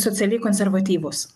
socialiai konservatyvūs